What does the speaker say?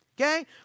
okay